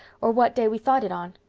or what day we thought it on.